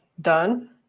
done